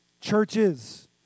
Churches